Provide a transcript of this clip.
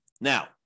Now